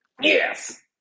Yes